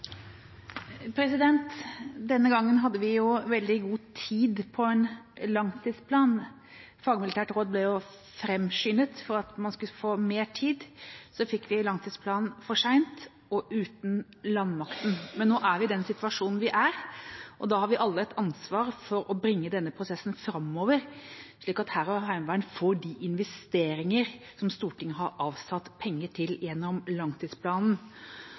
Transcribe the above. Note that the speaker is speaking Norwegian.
Denne gangen hadde vi veldig god tid på en langtidsplan. Fagmilitært råd ble jo framskyndet for at man skulle få mer tid. Så fikk vi langtidsplanen for sent, og uten landmakten. Men nå er vi i den situasjonen vi er i, og da har vi alle et ansvar for å bringe prosessen framover, slik at hær og heimevern får de investeringene som Stortinget har avsatt penger til gjennom langtidsplanen.